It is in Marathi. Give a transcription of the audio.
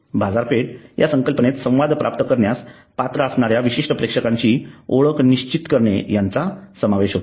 बाजारपेठ या संकल्पनेत संवाद प्राप्त करण्यास पात्र असणाऱ्या विशिष्ठ प्रेक्षकांची ओळख निश्चित करणे याचा समावेश होतो